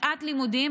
שעת לימודים,